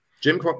Jim